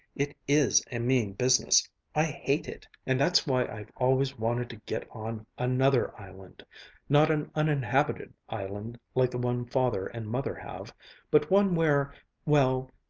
it is a mean business i hate it. and that's why i've always wanted to get on another island not an uninhabited island, like the one father and mother have but one where well,